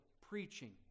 preaching